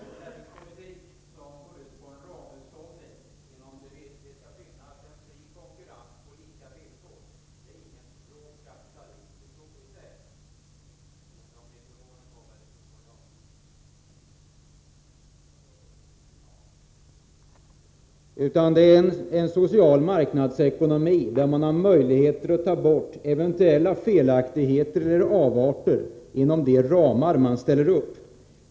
Fru talman! En näringspolitik som går ut på en ramhushållning, inom vilken det skall finnas en fri konkurrens på lika villkor är ingen rå kapitalistisk politik. Det är en social marknadsekonomi med möjligheter att ta bort eventuella felaktigheter eller avarter inom de ramar som man har ställt upp.